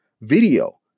video